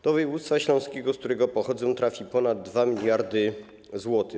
Do województwa śląskiego, z którego pochodzę, trafi ponad 2 mld zł.